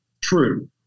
True